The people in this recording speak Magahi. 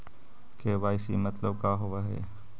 के.वाई.सी मतलब का होव हइ?